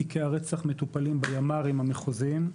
תיקי הרצח מטופלים בימ"רים המחוזיים,